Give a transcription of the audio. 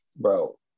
bro